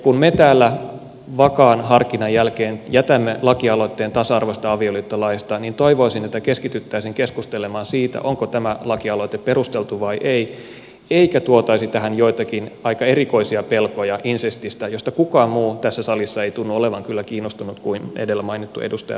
kun me täällä vakaan harkinnan jälkeen jätämme lakialoitteen tasa arvoisesta avioliittolaista niin toivoisin että keskityttäisiin keskustelemaan siitä onko tämä lakialoite perusteltu vai ei eikä tuotaisi tähän joitakin aika erikoisia pelkoja insestistä josta kukaan muu tässä salissa ei tunnu kyllä olevan kiinnostunut kuin edellä mainittu edustaja mäkipää